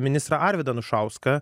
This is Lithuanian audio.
ministrą arvydą anušauską